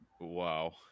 Wow